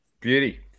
Beauty